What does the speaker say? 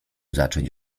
zacząć